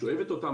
שואבת אותם,